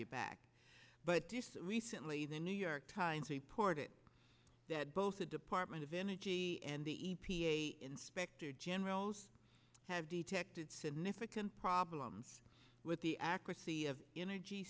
you back but recently the new york times reported that both the department of energy and the e p a inspector generals have detected significant problems with the accuracy of energy